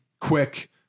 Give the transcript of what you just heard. quick